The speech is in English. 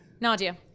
Nadia